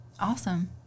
Awesome